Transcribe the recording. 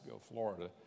Florida